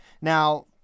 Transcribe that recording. Now